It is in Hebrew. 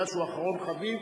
משום שהוא אחרון חביב,